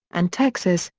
and texas,